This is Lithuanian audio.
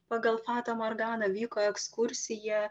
pagal fatą morganą vyko ekskursija